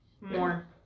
more